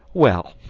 well,